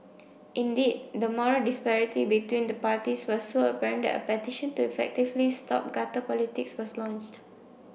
indeed the moral disparity between the parties was so apparent that a petition to effectively stop gutter politics was launched